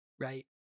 right